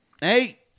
hey